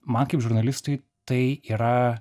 man kaip žurnalistui tai yra